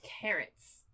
carrots